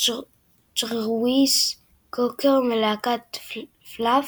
ג'רוויס קוקר מלהקת "פאלפ"